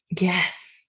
yes